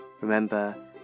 Remember